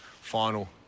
final